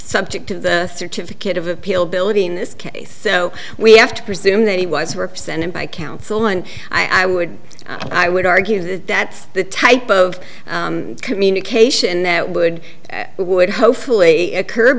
subject to the certificate of appeal building this case so we have to presume that he was represented by counsel and i would i would argue that that's the type of communication that would would hopefully occur